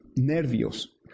nervios